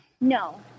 No